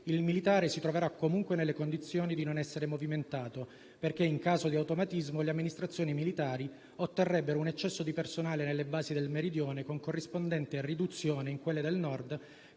il militare si troverà comunque nelle condizioni di non essere movimentato, perché, in caso di automatismo, le amministrazioni militari otterrebbero un eccesso di personale nelle basi del Meridione, con corrispondente riduzione in quelle del Nord,